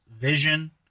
Vision